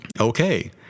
okay